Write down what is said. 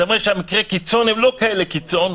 זה אומר שמקרי הקיצון הם לא כאלה קיצון,